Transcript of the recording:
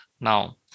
now